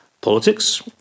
politics